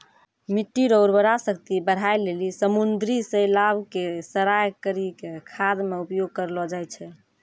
मिट्टी रो उर्वरा शक्ति बढ़ाए लेली समुन्द्री शैलाव के सड़ाय करी के खाद मे उपयोग करलो जाय छै